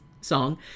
song